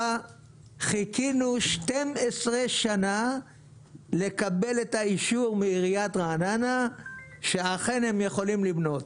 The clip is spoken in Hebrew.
חיכינו 12 שנה לקבל את האישור מעיריית רעננה שאכן הם יכולים לבנות.